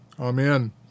Amen